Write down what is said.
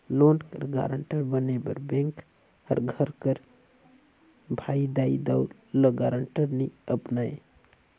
loan कर guarantor बने बर बेंक हर घर कर भाई, दाई, दाऊ, ल गारंटर नी अपनाए